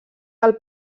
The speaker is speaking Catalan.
del